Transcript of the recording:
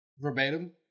Verbatim